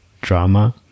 drama